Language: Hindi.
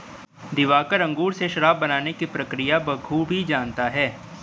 दिवाकर अंगूर से शराब बनाने की प्रक्रिया बखूबी जानता है